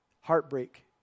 heartbreak